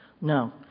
No